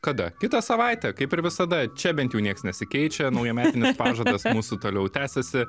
kada kitą savaitę kaip ir visada čia bent jau nieks nesikeičia naujametinis pažadas mūsų toliau tęsiasi